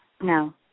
No